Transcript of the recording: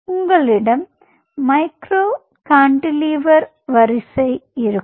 உங்களிடம் micro cantilever வரிசை இருக்கும்